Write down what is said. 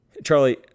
Charlie